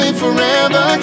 forever